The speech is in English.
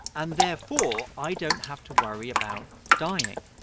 and therefore, i don't have to worry about dying.